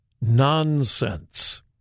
nonsense